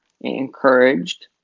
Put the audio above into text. encouraged